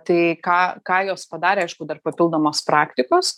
tai ką ką jos padarė aišku dar papildomos praktikos